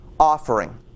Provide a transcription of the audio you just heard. Offering